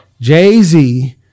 Jay-Z